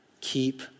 keep